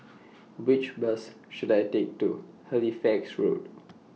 Which Bus should I Take to Halifax Road